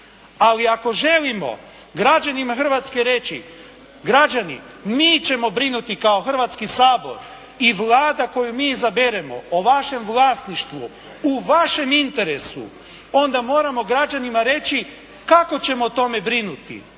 Ali ako želimo građanima Hrvatske reći građani mi ćemo brinuti kao Hrvatski sabor i Vlada koju mi izaberemo o vašem vlasništvu u vašem interesu onda moramo građanima reći kako ćemo o tome brinuti,